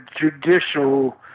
judicial